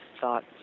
thought